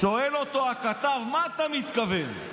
שואל אותו הכתב: למה אתה מתכוון?